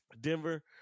Denver